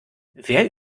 wer